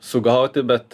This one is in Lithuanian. sugauti bet